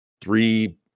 three